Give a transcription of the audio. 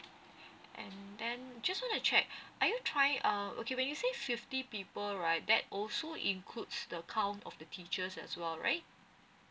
and then just want to check are you trying um okay when you say fifty people right that also include the count of the teachers as well right